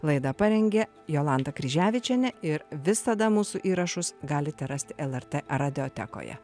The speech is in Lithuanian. laidą parengė jolanta kryževičienė ir visada mūsų įrašus galite rasti lrt radiotekoje